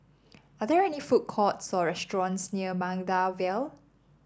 are there any food courts or restaurants near Maida Vale